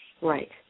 Right